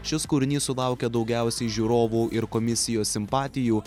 šis kūrinys sulaukė daugiausiai žiūrovų ir komisijos simpatijų